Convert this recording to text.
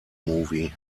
movie